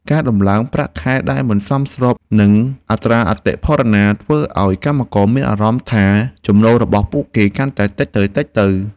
ការដំឡើងប្រាក់ខែដែលមិនសមស្របនឹងអត្រាអតិផរណាធ្វើឱ្យកម្មករមានអារម្មណ៍ថាចំណូលរបស់ពួកគេកាន់តែតិចទៅៗ។